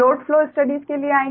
हम load flow studies के लिए आएंगे